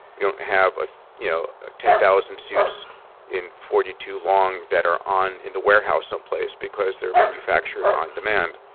you don't have ah you know ten thousand suits in forty two long that are on in the warehouse someplace because they're manufactured on demand.